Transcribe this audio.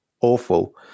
awful